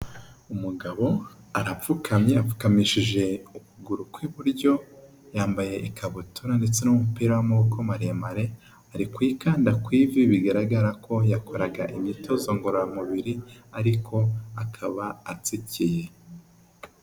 Umugabo arapfukamye apfukamishije ukuguru kw'iburyo yambaye ikabutura ndetse n'umupira w'amaboko maremare, ari kukanda ku ivi bigaragara ko yakoraga imyitozo ngororamubiri ariko akaba atsikiye.